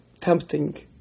tempting